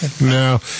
No